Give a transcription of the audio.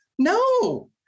No